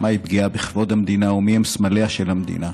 מהי פגיעה בכבוד המדינה ומהם סמליה של המדינה.